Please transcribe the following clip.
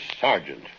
sergeant